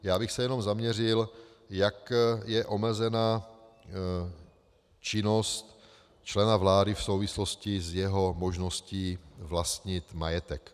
Já bych se jenom zaměřil, jak je omezena činnost člena vlády v souvislosti s jeho možností vlastnit majetek.